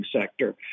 sector